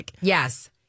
Yes